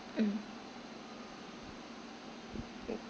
mm